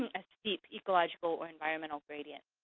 and a steep, ecological or environmental gradient.